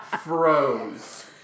Froze